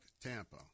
Tampa